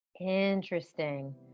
interesting